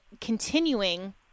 continuing